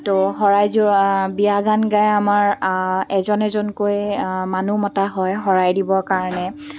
ত' শৰাই যোৰ বিয়া গান গাই আমাৰ এজন এজনকৈ মানুহ মতা হয় শৰাই দিবৰ কাৰণে